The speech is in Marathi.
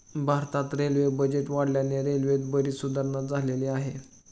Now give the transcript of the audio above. भारतात रेल्वे बजेट वाढल्याने रेल्वेत बरीच सुधारणा झालेली आहे